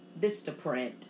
Vistaprint